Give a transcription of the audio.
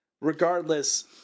regardless